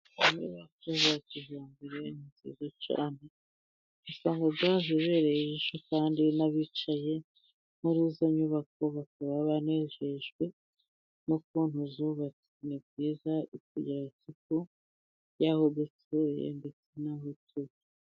Inyubako za kijyambere nziza cyane. Usanga zibereye ijisho kandi n'abicaye muri izo nyubako bakaba banejejwe n'ukuntu zubatse. Ni byiza kugira isuku y'aho dutuye ndetse n'aho tuba.